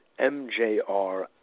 mjr